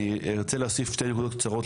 אני ארצה להוסיף שתי נקודות קצרות,